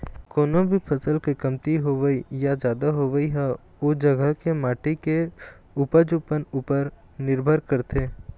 कोनो भी फसल के कमती होवई या जादा होवई ह ओ जघा के माटी के उपजउपन उपर निरभर करथे